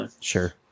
Sure